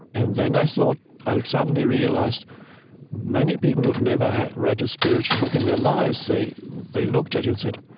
and then i thought i suddenly realized many people who have never read a spiritual book in their lives, they they looked it and said,